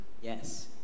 Yes